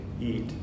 eat